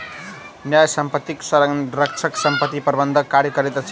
न्यास संपत्तिक संरक्षक संपत्ति प्रबंधनक कार्य करैत अछि